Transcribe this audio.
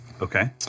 Okay